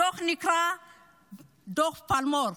הדוח נקרא דוח פלמור.